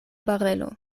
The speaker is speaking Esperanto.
barelo